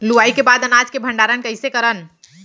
लुवाई के बाद अनाज मन के भंडारण कईसे करन?